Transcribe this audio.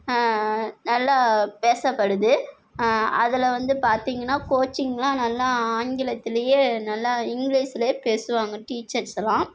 நல்லா பேசப்படுது அதில் வந்து பார்த்தீங்கன்னா கோச்சிங்லாம் நல்லா ஆங்கிலத்துலேயே நல்லா இங்கிலீஸுல் பேசுவாங்க டீச்சர்ஸ் எல்லாம்